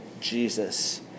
Jesus